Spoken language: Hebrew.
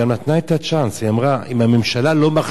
היא אמרה: אם הממשלה לא מכשירה, אז זה טרף.